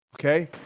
okay